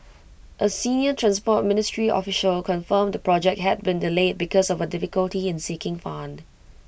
A senior transport ministry official confirmed the project had been delayed because of A difficulty in seeking fund